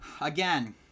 again